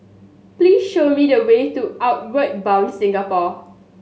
please show me the way to Outward Bound Singapore